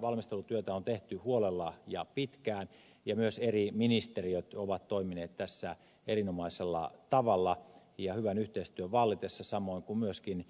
valmistelutyötä on tehty huolella ja pitkään ja myös eri ministeriöt ovat toimineet tässä erinomaisella tavalla ja hyvän yhteistyön vallitessa samoin kuin myöskin